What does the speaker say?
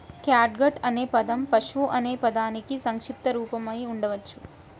catgut అనే పదం పశువు అనే పదానికి సంక్షిప్త రూపం అయి ఉండవచ్చు